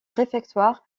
réfectoire